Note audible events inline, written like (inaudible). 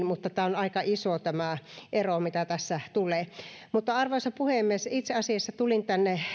(unintelligible) mutta tämä ero mikä tässä tulee on aika iso arvoisa puhemies itse asiassa tulin tänne